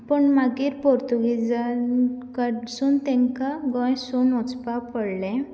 पूण मागीर पोर्तुगिजां कडसून तेंकां गोंय सोडन वचपा पडलें